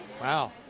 Wow